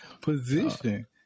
position